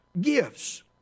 gifts